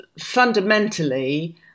fundamentally